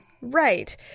Right